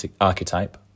archetype